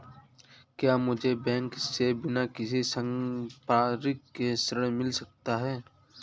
क्या मुझे बैंक से बिना किसी संपार्श्विक के ऋण मिल सकता है?